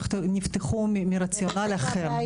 נפתחו מרציונל אחר.